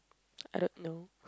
I don't know